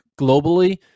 globally